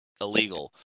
illegal